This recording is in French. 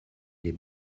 les